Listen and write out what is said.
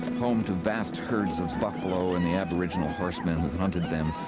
home to vast herds of buffalo and the aboriginal horsemen who hunted them,